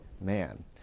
man